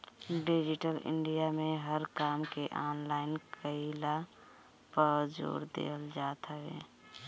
digital India में हर काम के ऑनलाइन कईला पअ जोर देहल जात हवे